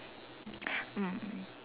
mm